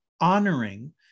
honoring